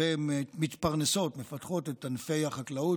ומתפרנסות ומפתחות את ענף החקלאות,